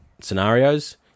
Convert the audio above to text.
scenarios